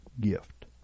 gift